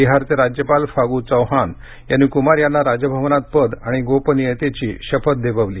बिहारचे राज्यपाल फागु चौहान यांनी कुमार यांना राजभवनात पद आणि गोपनियतेची शपथ देववली